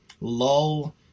lull